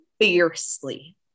fiercely